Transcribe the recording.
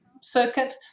circuit